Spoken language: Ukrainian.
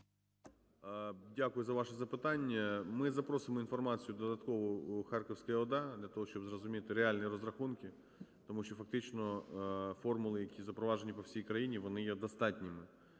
Дякую за ваше запитання. Ми запросимо інформацію додаткову у Харківську ОДА для того, щоби зрозуміти реальні розрахунки, тому що фактично формули, які запроваджені по всій країні, вони є достатніми.